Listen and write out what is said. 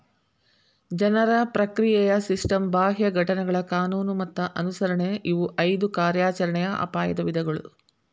ಜನರ ಪ್ರಕ್ರಿಯೆಯ ಸಿಸ್ಟಮ್ ಬಾಹ್ಯ ಘಟನೆಗಳ ಕಾನೂನು ಮತ್ತ ಅನುಸರಣೆ ಇವು ಐದು ಕಾರ್ಯಾಚರಣೆಯ ಅಪಾಯದ ವಿಧಗಳು